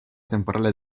temporale